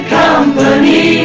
company